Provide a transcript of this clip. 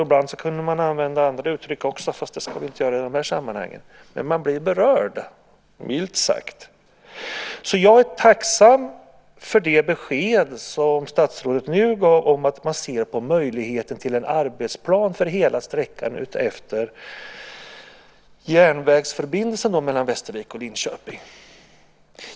Ibland kan man använda andra uttryck, fast det ska vi inte göra i det här sammanhanget. Man blir berörd - milt sagt. Jag är tacksam för det besked som statsrådet nu har givit om att man ser på möjligheten till en arbetsplan för hela sträckan utefter järnvägsförbindelsen mellan Västervik och Linköping.